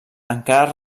encara